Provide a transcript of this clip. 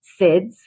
SIDS